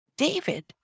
David